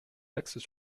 taxes